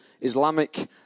Islamic